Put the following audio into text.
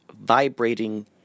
vibrating